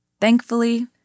Thankfully